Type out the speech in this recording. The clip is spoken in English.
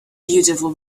beautiful